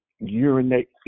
urinate